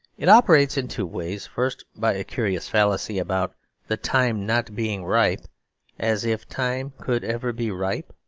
it operates in two ways first, by a curious fallacy about the time not being ripe as if time could ever be ripe.